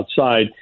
outside